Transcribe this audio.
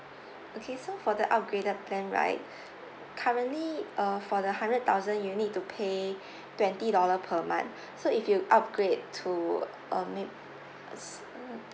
okay so for the upgraded plan right currently uh for the hundred thousand you need to pay twenty dollar per month so if you upgrade to a may~ s~